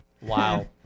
wow